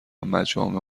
مجامع